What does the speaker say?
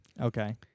Okay